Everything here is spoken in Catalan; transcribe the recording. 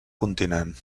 continent